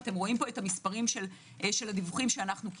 אתם רואים את המספרים של הדיווחים שקיבלנו.